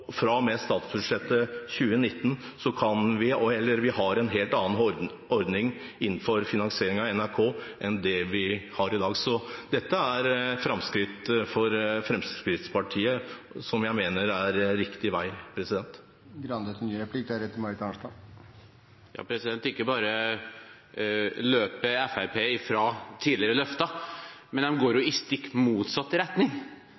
statsbudsjettet 2019 har vi en helt annen ordning for finansiering av NRK enn det vi har i dag. Dette er et framskritt for Fremskrittspartiet, og jeg mener det er riktig vei